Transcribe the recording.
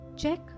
Check